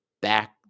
back